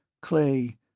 clay